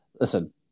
Listen